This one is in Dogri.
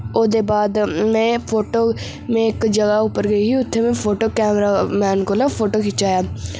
ओह्दे बाद में फोटो में इक जगह उप्पर गेई ही उत्थै में फोटो कैमरा मैन कोला फोटो खिचाया